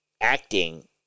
acting